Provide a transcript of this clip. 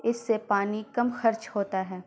اس سے پانی کم خرچ ہوتا ہے